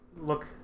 look